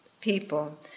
people